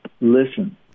Listen